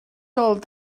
old